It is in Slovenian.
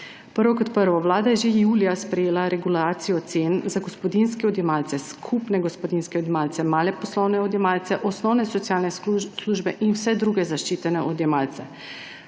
Kot prvo, vlada je že julija sprejela regulacijo cen za gospodinjske odjemalce, skupne gospodinjske odjemalce, male poslovne odjemalce, osnovne socialne službe in vse druge zaščitene odjemalce.